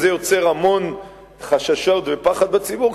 זה יוצר המון חששות ופחד בציבור,